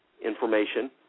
information